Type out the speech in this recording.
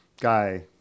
guy